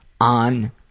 on